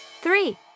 three